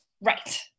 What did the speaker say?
Right